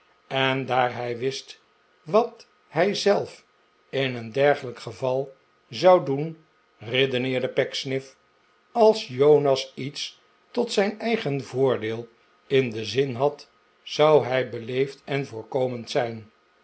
en daar hij wist wat hij zelf in een dergelijk geval zou doen redeneerde pecksniff als jonas iets tot zijn eigen voordeel in den zin had zou hij beleefd en voorkomend zijn